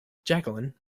jacqueline